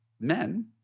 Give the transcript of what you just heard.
men